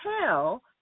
tell